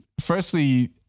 Firstly